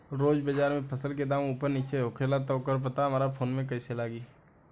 रोज़ बाज़ार मे फसल के दाम ऊपर नीचे होखेला त ओकर पता हमरा फोन मे कैसे लागी?